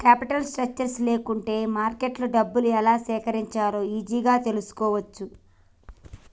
capital structure లేకుంటే మార్కెట్లో డబ్బులు ఎలా సేకరించాలో ఈజీగా తెల్సుకోవచ్చు